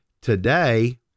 Today